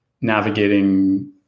navigating